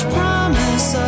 promise